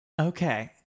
okay